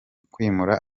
kwimura